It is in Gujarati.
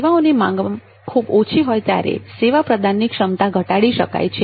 સેવાઓની માંગ ખૂબ ઓછી હોય ત્યારે સેવા પ્રદાનની ક્ષમતા ઘટાડી શકાય છે